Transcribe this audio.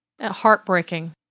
Heartbreaking